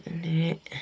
अनि